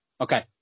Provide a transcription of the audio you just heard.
Okay